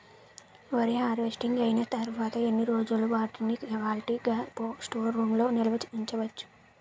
వరి హార్వెస్టింగ్ అయినా తరువత ఎన్ని రోజులు వాటిని క్వాలిటీ గ స్టోర్ రూమ్ లొ నిల్వ ఉంచ వచ్చు?